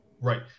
Right